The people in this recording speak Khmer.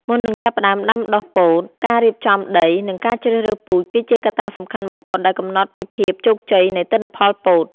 មុននឹងចាប់ផ្តើមដាំដុះពោត ការរៀបចំដី និងការជ្រើសរើសពូជគឺជាកត្តាសំខាន់បំផុតដែលកំណត់ពីភាពជោគជ័យនៃទិន្នផលពោត។